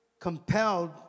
compelled